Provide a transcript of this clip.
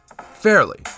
fairly